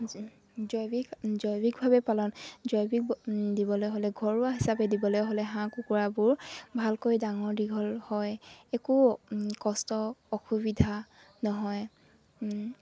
জৈৱিক জৈৱিকভাৱে পালন জৈৱিক দিবলৈ হ'লে ঘৰুৱা হিচাপে দিবলৈ হ'লে হাঁহ কুকুৰাবোৰ ভালকৈ ডাঙৰ দীঘল হয় একো কষ্ট অসুবিধা নহয়